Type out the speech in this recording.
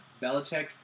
Belichick